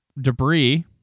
debris